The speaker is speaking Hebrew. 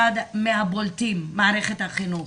אחד מהבולטים, מערכת החינוך.